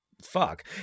fuck